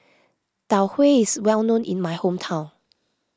Tau Huay is well known in my hometown